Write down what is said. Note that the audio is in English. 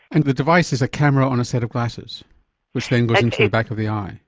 and the device is a camera on a set of glasses which then goes into the back of the eye.